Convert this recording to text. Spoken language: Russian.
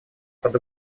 под